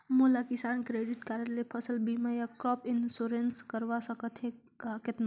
मोला किसान credit card ले फसल बीमा या क्रॉप इंश्योरेंस करवा सकथ हे कतना?